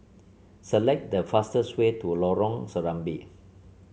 select the fastest way to Lorong Serambi